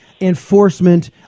enforcement